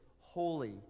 holy